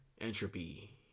Entropy